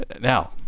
now